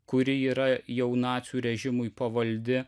kuri yra jau nacių režimui pavaldi